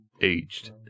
Aged